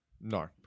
No